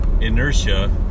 inertia